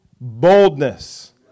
boldness